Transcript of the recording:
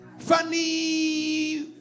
funny